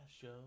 show